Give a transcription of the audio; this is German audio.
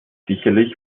sicherlich